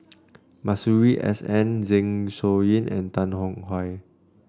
Masuri S N Zeng Shouyin and Tan Tong Hye